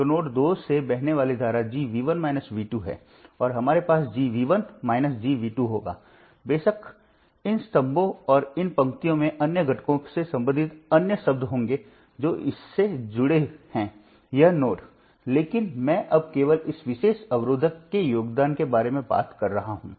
तो नोड 2 से बहने वाली धारा G है और हमारे पास G G होगा बेशक इन स्तंभों और इन पंक्तियों में अन्य घटकों से संबंधित अन्य शब्द होंगे जो इससे जुड़े हैं यह नोड लेकिन मैं अब केवल इस विशेष अवरोधक के योगदान के बारे में बात कर रहा हूं